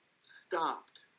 stopped